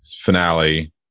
finale